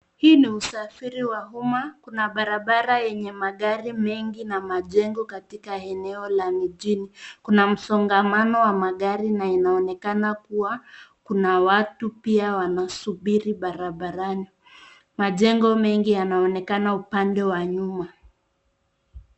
Hii ni usafiri wa uma. Kuna barabara yenye magari mengi na majengo katika eneo la mijini. Kuna msongamano wa magari na inaonekana kuwa kuna watu pia wanasubiri barabarani. Majengo mengi yanaonekana upande wa nyuma.